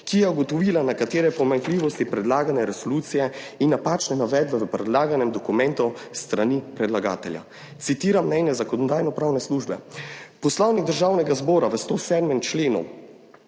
ki je ugotovila nekatere pomanjkljivosti predlagane resolucije in napačne navedbe v predlaganem dokumentu s strani predlagatelja. Citiram mnenje Zakonodajno-pravne službe: »Poslovnik Državnega zbora v 107. členu